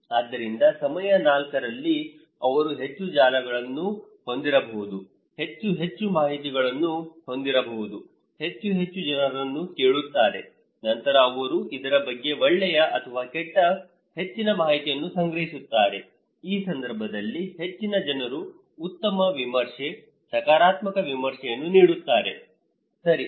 ಆದ್ದರಿಂದ ಸಮಯ 4 ರಲ್ಲಿ ಅವರು ಹೆಚ್ಚು ಜಾಲಗಳನ್ನು ಹೊಂದಿರಬಹುದು ಹೆಚ್ಚು ಹೆಚ್ಚು ಮಾಹಿತಿಗಳನ್ನು ಹೊಂದಿರಬಹುದು ಹೆಚ್ಚು ಹೆಚ್ಚು ಜನರನ್ನು ಕೇಳುತ್ತಾರೆ ನಂತರ ಅವರು ಇದರ ಬಗ್ಗೆ ಒಳ್ಳೆಯ ಅಥವಾ ಕೆಟ್ಟ ಹೆಚ್ಚಿನ ಮಾಹಿತಿಯನ್ನು ಸಂಗ್ರಹಿಸುತ್ತಾರೆ ಈ ಸಂದರ್ಭದಲ್ಲಿ ಹೆಚ್ಚಿನ ಜನರು ಉತ್ತಮ ವಿಮರ್ಶೆ ಸಕಾರಾತ್ಮಕ ವಿಮರ್ಶೆಯನ್ನು ನೀಡುತ್ತಾರೆ ಸರಿ